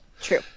True